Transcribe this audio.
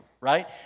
right